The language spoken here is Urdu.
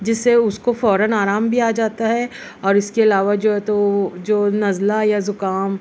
جس سے اس کو فوراً آرام بھی آ جاتا ہے اور اس کے علاوہ جو ہے تو جو نزلہ یا زکام